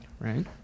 Right